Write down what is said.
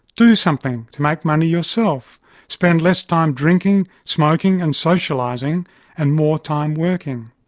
do something to make money yourself spend less time drinking, smoking and socialising and more time working.